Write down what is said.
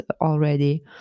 already